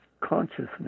consciousness